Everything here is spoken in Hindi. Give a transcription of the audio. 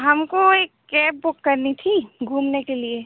हमको एक कैब बुक करनी थी घूमने के लिए